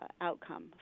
outcome